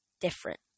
different